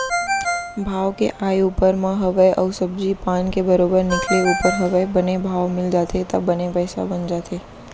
भाव के आय ऊपर म हवय अउ सब्जी पान के बरोबर निकले ऊपर हवय बने भाव मिल जाथे त बने पइसा बन जाथे